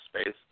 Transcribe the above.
space